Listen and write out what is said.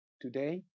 today